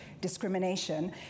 discrimination